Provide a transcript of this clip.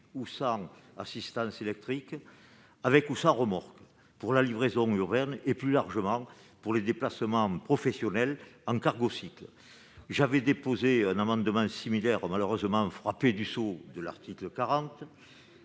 ou sans assistance électrique, avec ou sans remorque, pour la livraison urbaine et, plus largement, pour les déplacements professionnels. J'avais déposé un amendement similaire, lequel a malheureusement été frappé du sceau de l'article 40.